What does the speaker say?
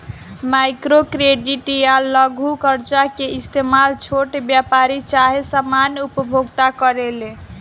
micro credit या लघु कर्जा के इस्तमाल छोट व्यापारी चाहे सामान्य उपभोक्ता करेले